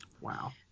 Wow